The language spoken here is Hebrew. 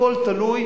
הכול תלוי